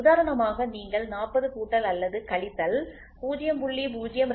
உதாரணமாக நீங்கள் 40 கூட்டல் அல்லது கழித்தல் 0